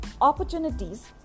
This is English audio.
opportunities